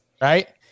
right